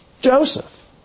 Joseph